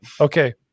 Okay